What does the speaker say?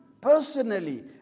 personally